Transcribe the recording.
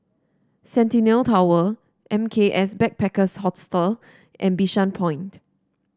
Centennial Tower M K S Backpackers Hostel and Bishan Point